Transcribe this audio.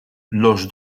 los